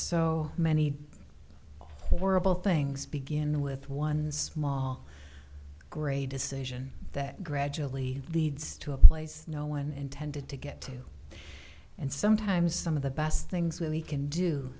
so many horrible things begin with one small grey decision that gradually leads to a place no one intended to get to and sometimes some of the best things we can do